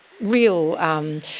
real